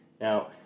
Now